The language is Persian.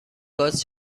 گاز